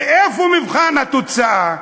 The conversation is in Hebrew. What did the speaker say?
ואיפה מבחן התוצאה?